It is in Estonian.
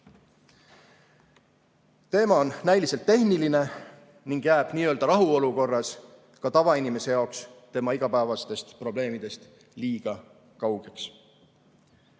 on näiliselt tehniline ning jääb n-ö rahuolukorras ka tavainimese jaoks tema igapäevastest probleemidest liiga kaugeks.